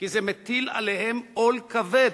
כי זה מטיל עליהן עול כבד,